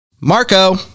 Marco